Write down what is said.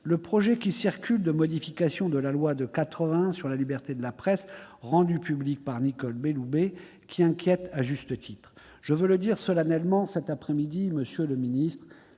le projet de modification de la loi de 1881 sur la liberté de la presse, rendu public par Nicole Belloubet, qui inquiète à juste titre. Je veux le dire solennellement cet après-midi, monsieur le ministre